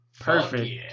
Perfect